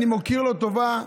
אני מכיר לו טובה,